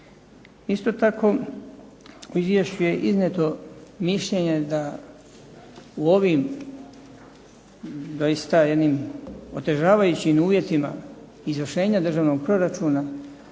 Isto tako u Izvješću je iznijeto mišljenje da u ovim doista jednim otežavajućim uvjetima izvršenja Državnog proračuna